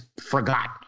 forgot